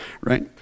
Right